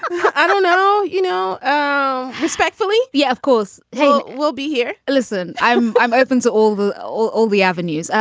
i don't know. you know, um respectfully yeah, of course. hey, we'll be here. listen, i'm i'm open to all the all the avenues.